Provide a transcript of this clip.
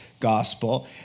Gospel